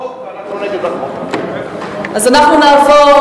ולהצביע נגד החוק, ואנחנו נגד החוק.